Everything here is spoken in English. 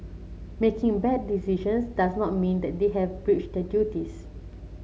making bad decisions does not mean that they have breached their duties